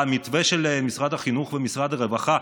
והמתווה של משרד החינוך ומשרד הרווחה,